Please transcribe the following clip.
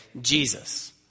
Jesus